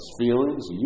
Feelings